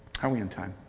how are we on time?